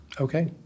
Okay